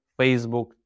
Facebook